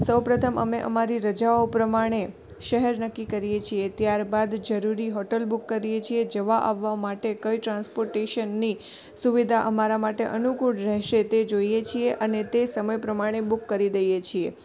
સૌપ્રથમ અમે અમારી રજાઓ પ્રમાણે શહેર નક્કી કરીએ છીએ ત્યારબાદ જરૂરી હોટૅલ બૂક કરીએ છીએ જવા આવવા માટે કઈ ટ્રાન્સપોર્ટેશનની સુવિધા અમારા માટે અનુકૂળ રહેશે તે જોઇએ છીએ અને તે સમય પ્રમાણે બૂક કરી દઇએ છીએ